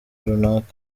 runaka